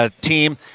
team